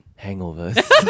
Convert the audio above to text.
Hangovers